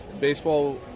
baseball